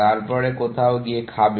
তারপর কোথাও গিয়ে খাবে